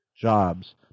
jobs